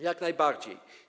Jak najbardziej.